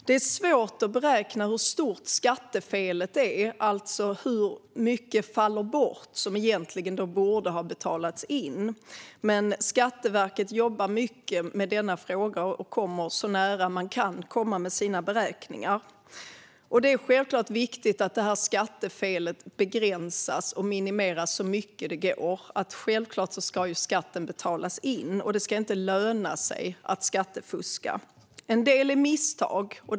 Det är svårt att beräkna hur stort skattefelet är, det vill säga hur mycket som faller bort av det som egentligen borde ha betalats in. Men Skatteverket jobbar mycket med denna fråga och kommer med sina beräkningar så nära man kan komma. Det är självklart viktigt att det här skattefelet begränsas och minimeras så mycket det går. Självklart ska skatten betalas in. Det ska inte löna sig att skattefuska. En del är misstag.